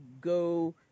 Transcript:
go